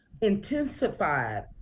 intensified